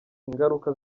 ingaruka